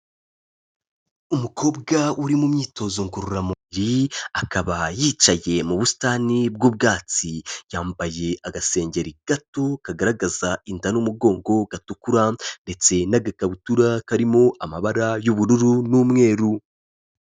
Umukobwa uri mu myitozo ngororamubiri, akaba yicaye mu busitani b'ubwatsi, yambaye agaseri gato kagaragaza inda n'umugongo gatukura ndetse n'agakabutura karimo amabara y'ubururu n'umweru.